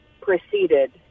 proceeded